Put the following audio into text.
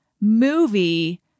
movie